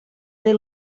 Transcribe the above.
del